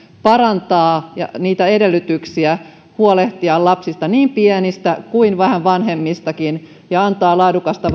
parantaa niitä edellytyksiä huolehtia lapsista niin pienistä kuin vähän vanhemmistakin ja antaa laadukasta